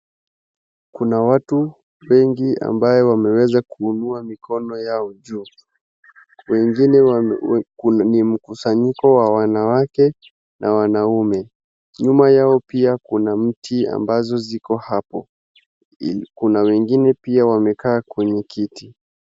Kuna watu wengi ambayo wemeweza kuinua mikono yao juu. Wengine, ni mkusanyiko wa wanawake na wanaume. Nyuma yao pia kuna mti ambazo ziko hapo. Kuna wengine pia wamekaa kwenye kiti.